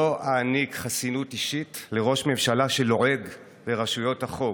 לא אעניק חסינות אישית לראש ממשלה שלועג לרשויות החוק,